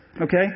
Okay